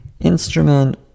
instrument